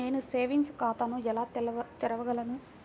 నేను సేవింగ్స్ ఖాతాను ఎలా తెరవగలను?